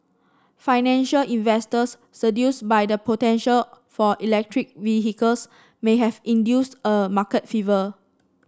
financial investors seduced by the potential for electric vehicles may have induced a market fever